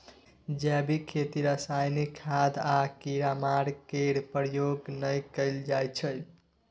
जैबिक खेती रासायनिक खाद आ कीड़ामार केर प्रयोग नहि कएल जाइ छै